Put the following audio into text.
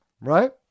right